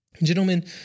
Gentlemen